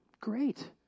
Great